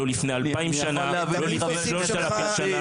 לא לפני אלפיים שנה ולא לפני 3,000 שנה.